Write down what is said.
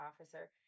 officer